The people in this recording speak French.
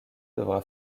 devra